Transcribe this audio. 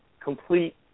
complete